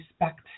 respect